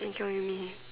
I get what you mean